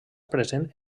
present